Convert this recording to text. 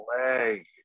Leg